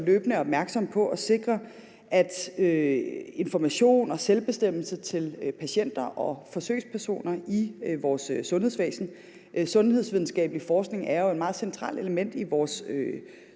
løbende er opmærksom på at sikre information og selvbestemmelse til patienter og forsøgspersoner i vores sundhedsvæsen. Sundhedsvidenskabelig forskning er jo et meget centralt element i vores